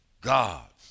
God's